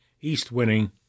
East-winning